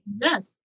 Yes